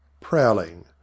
prowling